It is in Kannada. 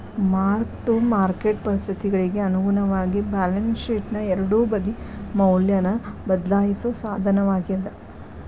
ಮಾರ್ಕ್ ಟು ಮಾರ್ಕೆಟ್ ಪರಿಸ್ಥಿತಿಗಳಿಗಿ ಅನುಗುಣವಾಗಿ ಬ್ಯಾಲೆನ್ಸ್ ಶೇಟ್ನ ಎರಡೂ ಬದಿ ಮೌಲ್ಯನ ಬದ್ಲಾಯಿಸೋ ಸಾಧನವಾಗ್ಯಾದ